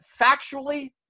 factually